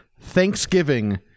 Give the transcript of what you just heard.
Thanksgiving